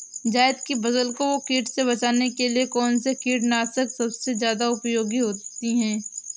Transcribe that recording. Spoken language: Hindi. जायद की फसल को कीट से बचाने के लिए कौन से कीटनाशक सबसे ज्यादा उपयोगी होती है?